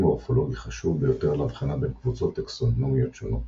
מורפולוגי חשוב ביותר להבחנה בין קבוצות טקסונומיות שונות,